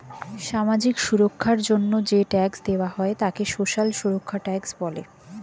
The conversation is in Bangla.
সামাজিক সুরক্ষার জন্য যে ট্যাক্স দেওয়া হয় তাকে সোশ্যাল সুরক্ষা ট্যাক্স বলে